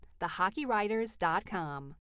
thehockeywriters.com